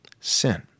sin